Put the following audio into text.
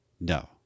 No